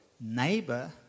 neighbor